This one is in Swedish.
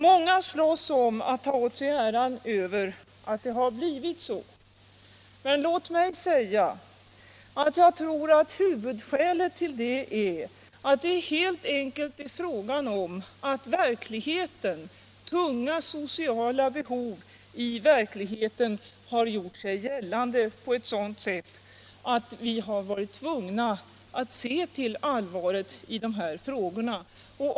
Många slåss om att ta åt sig äran av att det har blivit så, men jag tror att huvudskälet till det helt enkelt är att tunga sociala behov i verkligheten har gjort sig gällande på ett sådant sätt att vi har varit tvungna att se till allvaret i de här frågorna.